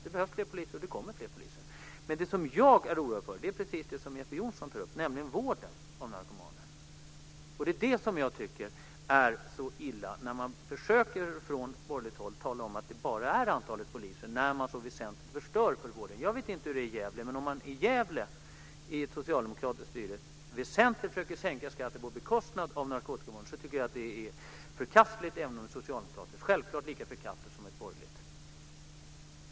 Det behövs fler poliser, och det kommer fler poliser. Men det som jag är oroad för är precis det som Jeppe Johnsson tar upp, nämligen vården av narkomaner. Det är det som jag tycker är så illa: Att man från borgerligt håll försöker tala om att det bara gäller antalet poliser, när man så väsentligt förstör för vården. Jag vet inte hur det är i Gävle, men om man i Gävle med socialdemokratiskt styre väsentligt försöker sänka skatten på bekostnad av narkotikavården tycker jag att det är förkastligt, även om det är socialdemokrater. Självklart är det lika förkastligt som när det är borgare.